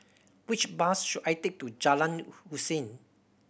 which bus should I take to Jalan Hussein